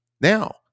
Now